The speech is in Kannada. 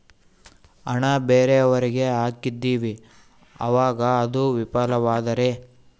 ಹಣ ಬೇರೆಯವರಿಗೆ ಹಾಕಿದಿವಿ ಅವಾಗ ಅದು ವಿಫಲವಾದರೆ?